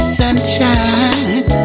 sunshine